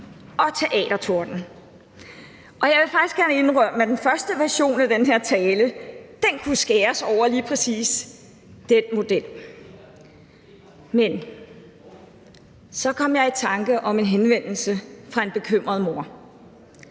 og teatertorden. Og jeg vil faktisk gerne indrømme, at den første version af den her tale kunne skæres lige præcis over den model. Men så kom jeg i tanke om en henvendelse fra en bekymret mor.